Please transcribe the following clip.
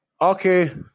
Okay